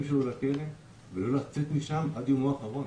שלו לכלא ולא לצאת משם עד יומו האחרון.